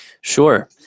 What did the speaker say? Sure